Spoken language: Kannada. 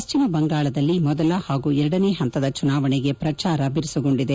ಪಶ್ಚಿಮ ಬಂಗಾಳದಲ್ಲಿ ಮೊದಲ ಹಾಗೂ ಎರಡನೇ ಹಂತದ ಚುನಾವಣೆಗೆ ಪ್ರಚಾರ ಬಿರುಸುಗೊಂಡಿದೆ